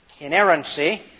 Inerrancy